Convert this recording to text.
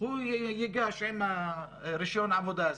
הוא ייגש עם רישיון העבודה הזה,